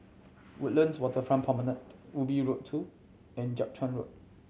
Woodlands Waterfront Promenade Ubi Road Two and Jiak Chuan Road